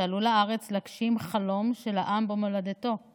שעלו לארץ להגשים חלום של העם במולדתו,